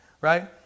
right